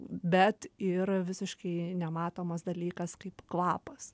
bet ir visiškai nematomas dalykas kaip kvapas